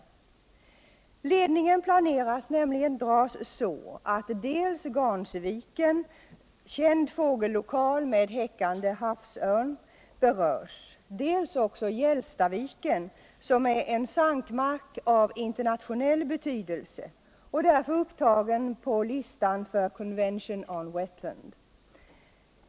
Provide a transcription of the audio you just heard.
Ledningen planeras nämligen att dras så att dels Garnsviken — känd fågellokal med häckande havsörn — berörs, dels också Hjälstaviken, som är en sankmark av internationell betydelse och därför upptagen på listan för Convention on Wetland.